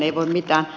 ei voi mitään